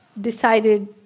decided